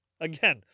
again